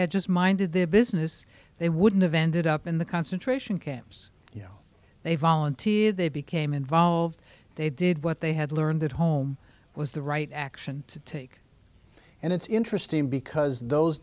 had just minded their business they wouldn't have ended up in the concentration camps they volunteered they became involved they did what they had learned at home was the right action to take and it's interesting because those